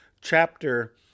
chapter